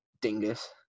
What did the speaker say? dingus